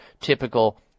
typical